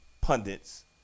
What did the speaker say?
pundits